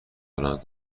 بلند